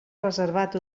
reservat